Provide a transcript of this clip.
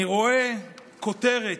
אני רואה כותרת